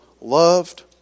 loved